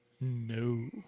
No